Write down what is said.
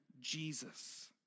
Jesus